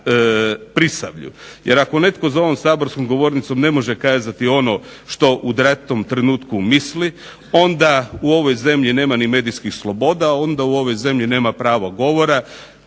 Prisavlju. Jer ako netko za ovom saborskom govornicom ne može kazati ono što u datom trenutku misli onda u ovoj zemlji nema medijskih sloboda, nema pravo govora,